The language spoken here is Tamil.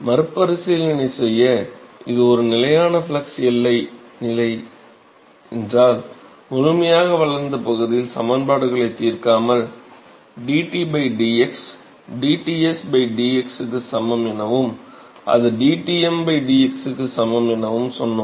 மறுபரிசீலனை செய்ய இது ஒரு நிலையான ஃப்ளக்ஸ் எல்லை நிலை என்றால் முழுமையாக வளர்ந்த பகுதியில் சமன்பாடுகளைத் தீர்க்காமல் dT dx dTs dx க்கு சமம் எனவும் அது dTm dx க்கு சமம் எனவும் சொன்னோம்